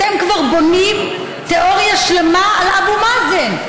אתם כבר בונים תיאוריה שלמה על אבו מאזן.